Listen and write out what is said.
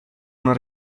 una